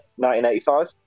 1985